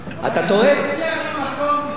אתם טועים.